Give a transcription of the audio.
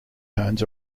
tones